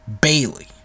Bailey